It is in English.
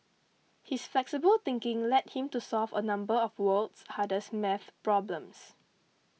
his flexible thinking led him to solve a number of the world's hardest math problems